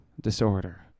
disorder